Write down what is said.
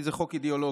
כי זה חוק אידיאולוגי,